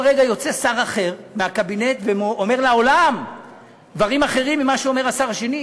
וכל רגע יוצא שר מהקבינט ואומר לעולם דברים אחרים ממה שאומר השר האחר.